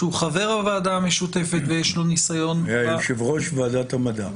שהוא חבר הוועדה המשותפת ויש לו ניסיון --- היה יושב ראש ועדת המדע.